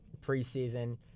preseason